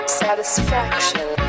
satisfaction